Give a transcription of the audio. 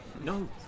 No